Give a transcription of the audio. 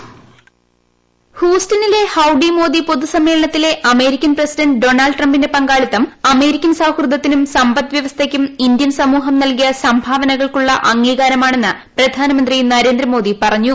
voice ഹൂസ്റ്റണിലെ howdy Modi പൊതുസമ്മേളനത്തിലെ American president Donald ട്രംപിന്റെ പങ്കാളിത്തം അമേരിക്കൻ സമൂഹത്തിനും സമ്പദ് വ്യവസ്ഥയ്ക്കും ഇന്ത്യൻ സമൂഹം നൽകിയ സംഭാവനകൾക്കുള്ള അംഗീകാരമാണെന്ന് പ്രധാനമന്ത്രി നരേന്ദ്ര മോദി പറഞ്ഞു